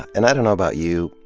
and i don't know about you.